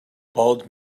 bald